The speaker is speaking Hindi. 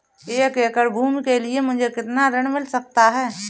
एक एकड़ भूमि के लिए मुझे कितना ऋण मिल सकता है?